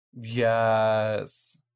Yes